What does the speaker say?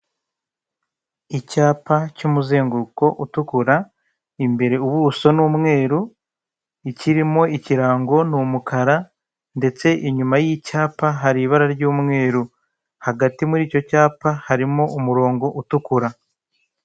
Icyapa cy'umuzenguruko utukura imbere, ubuso n'umweru ikirimo, ikirango ni umukara ndetse inyuma y'icyapa hari ibara ry'umweru, hagati muri icyo cyapa harimo umurongo utukura.